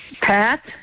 Pat